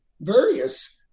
various